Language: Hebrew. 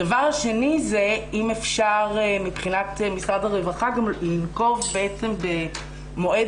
הדבר השני זה אם אפשר מבחינת משרד הרווחה גם לנקוב באיזה שהוא מועד